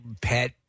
pet